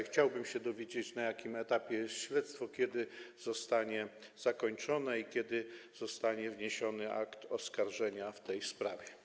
Chciałbym się dowiedzieć, na jakim etapie jest śledztwo, kiedy zostanie zakończone i kiedy zostanie wniesiony akt oskarżenia w tej sprawie.